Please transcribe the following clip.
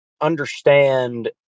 understand